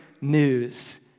news